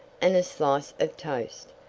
and a slice of toast.